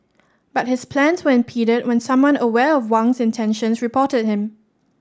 but his plans were impeded when someone aware of Wang's intentions reported him